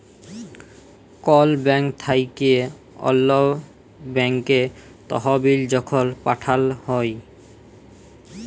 call bank থ্যাইকে অল্য ব্যাংকে তহবিল যখল পাঠাল হ্যয়